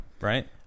right